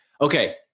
Okay